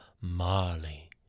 Marley